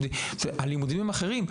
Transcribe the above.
הלימודים הם אחרים,